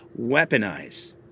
weaponize